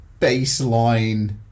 baseline